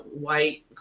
white